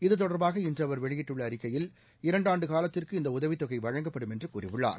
இத்தொடர்பாக இன்று அவர் வெளியிட்டுள்ள அறிக்கையில் இரண்டு ஆண்டு காலத்திற்கு இந்த உதவித்தொகை வழங்கப்படும் என்று கூறியுள்ளார்